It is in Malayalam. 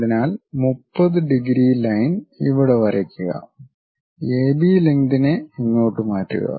അതിനാൽ 30 ഡിഗ്രി ലൈൻ ഇവിടെ വരയ്ക്കുക എ ബി ലെങ്ക്തിനെ ഇങ്ങോട്ട് മാറ്റുക